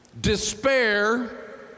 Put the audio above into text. despair